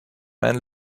man